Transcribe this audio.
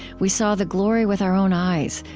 we saw the glory with our own eyes,